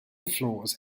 floors